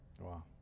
Wow